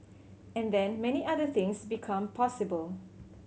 and then many other things become possible